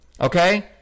Okay